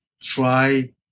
try